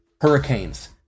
hurricanes